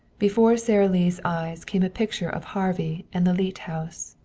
before sara lee's eyes came a picture of harvey and the leete house,